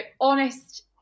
honest